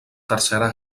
tercera